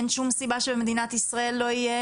אין שום סיבה שבמדינת ישראל לא יהיה